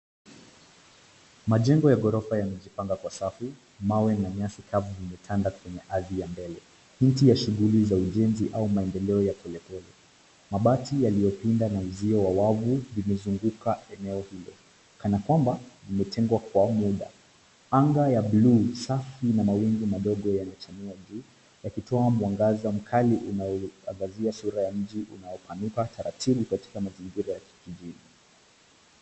Majengo ya ghorofa yamejipanga kwa safu. Mawe na nyasi kavu imetanda kwenye ardhi ya mbele. Nchi ya shughuli za ujenzi au maendeleo ya polepole. Mabati yaliyopinda na uzio wa wavu imezunguka eneo hilo, kana kwamba, imetengwa kwa muda. Anga ya blue , safi na mawingu madogo yanachanua juu, yakitoa mwangaza mkali unaoangazia sura ya nchi unaopanuka taratibu katika mazingira ya kijijini.